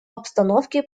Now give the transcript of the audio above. обстановке